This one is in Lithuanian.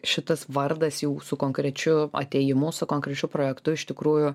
šitas vardas jau su konkrečiu atėjimu su konkrečiu projektu iš tikrųjų